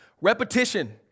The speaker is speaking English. repetition